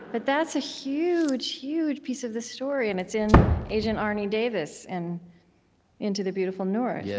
but that's a huge, huge piece of the story, and it's in agent arnie davis in into the beautiful north, yeah